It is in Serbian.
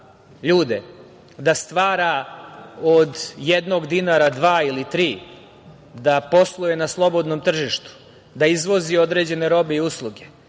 ljude, da stvara od jednog dinara dva ili tri, da posluje na slobodnom tržištu, da izvozi određene robe i usluge,